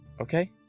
Okay